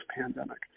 pandemic